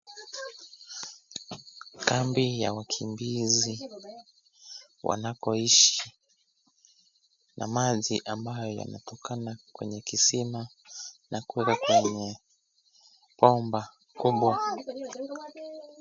Kambi ya wakimbizi wanakoishi na maji ambayo yanatokana kwenye kisima na kuenda kwenye bomba kubwa.